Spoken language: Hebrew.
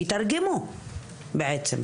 יתרגמו בעצם.